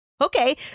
Okay